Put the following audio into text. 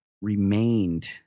remained